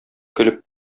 көлеп